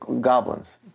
Goblins